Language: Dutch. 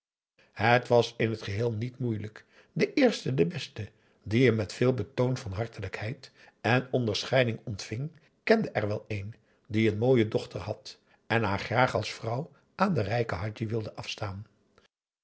het was in t geheel niet moeilijk de eerste de beste die hem met veel betoon van hartelijkheid en onderscheiding ontving kende er wel een die een mooie dochter had en haar graag als vrouw aan den rijken hadji wilde af